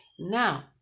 Now